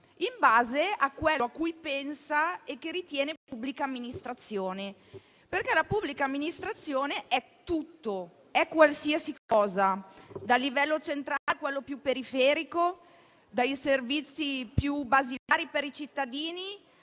in base a quello a cui pensa e che ritiene pubblica amministrazione. La pubblica amministrazione infatti è tutto, è qualsiasi cosa, dal livello centrale a quello più periferico, dai servizi più basilari per i cittadini